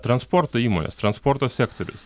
transporto įmonės transporto sektorius